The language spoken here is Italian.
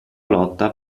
lotta